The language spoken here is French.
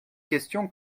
question